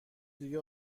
دیگه